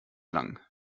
lang